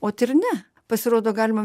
ot ir ne pasirodo galima